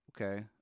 okay